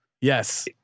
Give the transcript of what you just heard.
yes